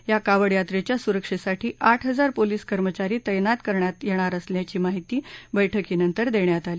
या कावडयात्रेच्या सुरक्षेसाठी आठ हजार पोलीस कर्मचारी तैनात करण्यात येणार असल्याची माहिती बैठकीनंतर देण्यात आली